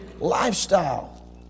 lifestyle